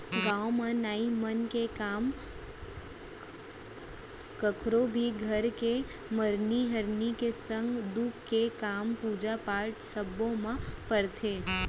गाँव म नाई मन के काम कखरो भी घर के मरनी हरनी के संग सुख के काम, पूजा पाठ सब्बो म परथे